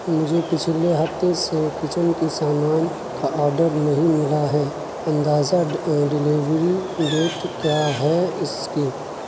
مجھے پچھلے ہفتے سے کچن کی سامان کا آڈر نہیں ملا ہے اندازہ ڈیلیوری ڈیٹ کیا ہے اس کی